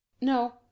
No